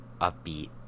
upbeat